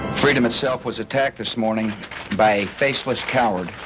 freedom itself was attacked this morning by a faceless coward